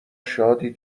شادی